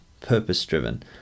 purpose-driven